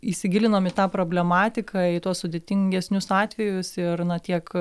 įsigilinom į tą problematiką į tuos sudėtingesnius atvejus ir na tiek